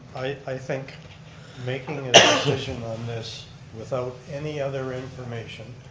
i think making a decision on this without any other information,